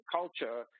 culture